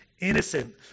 innocent